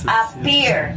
appear